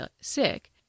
sick